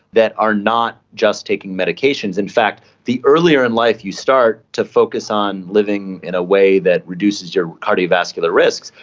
that are not just taking medications. in fact the earlier in life you start to focus on living in a way that reduces your cardiovascular risks,